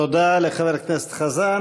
תודה לחבר הכנסת חזן.